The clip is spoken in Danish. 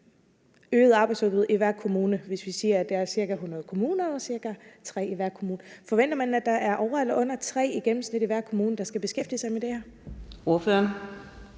øget arbejdsudbud i hver kommune, hvis vi siger, at der er cirka 100 kommuner, og det vil så være cirka tre i hver kommune. Forventer man, at der er over eller under tre i gennemsnit i hver kommune, der skal beskæftige sig med det her? Kl.